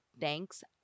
Thanks